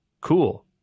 Cool